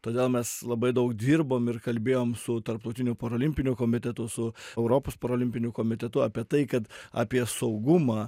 todėl mes labai daug dirbom ir kalbėjom su tarptautiniu parolimpiniu komitetu su europos parolimpiniu komitetu apie tai kad apie saugumą